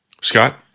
Scott